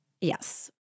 Yes